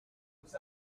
ces